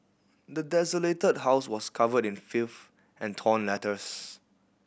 the desolated house was covered in filth and torn letters